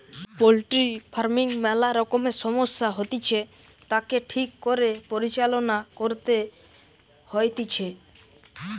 poultry farming ম্যালা রকমের সমস্যা হতিছে, তাকে ঠিক করে পরিচালনা করতে হইতিছে